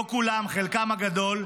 לא כולם, חלקם הגדול,